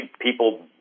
people